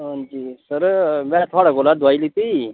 हां जी सर मैं थुआढ़े कोला दोआई लेती ही